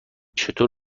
چطور